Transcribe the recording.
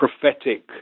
prophetic